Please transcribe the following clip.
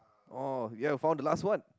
oh ya for the last one